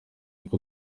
kuko